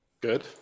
Good